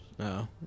No